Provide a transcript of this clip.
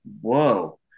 Whoa